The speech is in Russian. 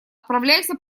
отправляйся